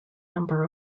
number